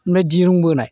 ओमफ्राय दिरुं बोनाय